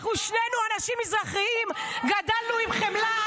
אנחנו שנינו אנשים מזרחים, גדלנו עם חמלה.